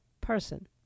person